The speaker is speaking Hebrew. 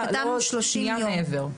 כתבנו 30 יום,